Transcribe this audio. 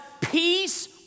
peace